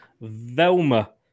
Velma